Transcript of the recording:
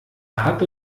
hat